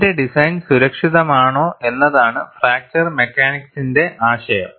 എന്റെ ഡിസൈൻ സുരക്ഷിതമാണോ എന്നതാണ് ഫ്രാക്ചർ മെക്കാനിക്സിന്റെ ആശയം